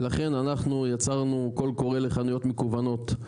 ולכן אנחנו יצרנו קול קורא לחנויות מקוונות.